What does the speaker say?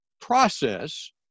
process